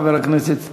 חבר הכנסת שמולי.